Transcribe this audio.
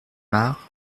marc